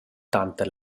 tanter